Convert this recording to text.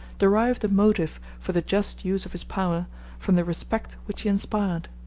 derived a motive for the just use of his power from the respect which he inspired.